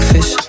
Fish